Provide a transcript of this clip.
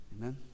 Amen